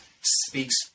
speaks